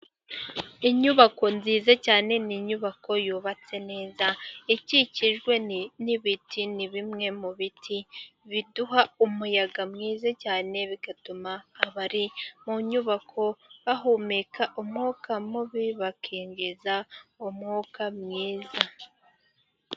Inyubako nziza cyane ni inyubako yubatse neza ikikijwe n'ibiti ,ni bimwe mu biti biduha umuyaga mwiza cyane, bigatuma abari mu nyubako bahumeka umwuka mubi, bakinjiza umwuka mwiza.